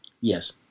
yes